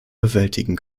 bewältigen